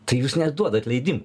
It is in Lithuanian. tai jūs neduodat leidimų